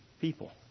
People